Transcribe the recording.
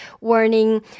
warning